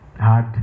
hard